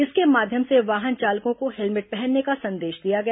इसके माध्यम से वाहन चालकों को हेलमेट पहनने का संदेश दिया गया